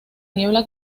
niebla